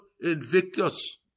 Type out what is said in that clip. Invictus